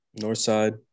Northside